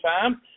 time